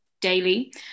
daily